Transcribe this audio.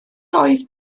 oedd